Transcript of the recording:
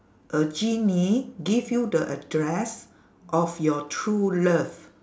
a genie give you the address of your true love